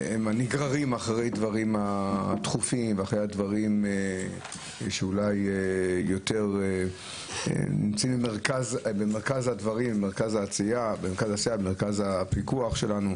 נגררים אחרי הדברים הדחופים שאולי נמצאים במרכז העשייה והפיקוח שלנו